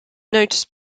notice